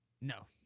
No